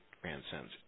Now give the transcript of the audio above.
transcends